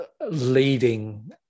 leading